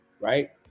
Right